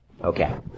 Okay